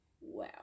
wow